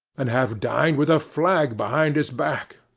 and have dined with a flag behind his back,